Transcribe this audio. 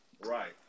Right